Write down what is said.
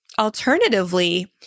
Alternatively